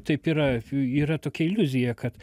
taip yra yra tokia iliuzija kad